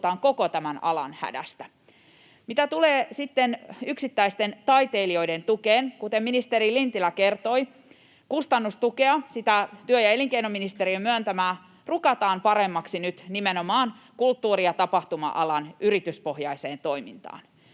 koko tämän alan hädästä. Mitä tulee yksittäisten taiteilijoiden tukeen, niin kuten ministeri Lintilä kertoi, työ- ja elinkeinoministeriön myöntämää kustannustukea rukataan paremmaksi nyt nimenomaan kulttuuri- ja tapahtuma-alan yrityspohjaiseen toimintaan.